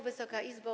Wysoka Izbo!